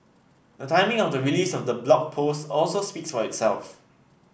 the timing of the release of the Blog Post also speaks for itself